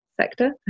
sector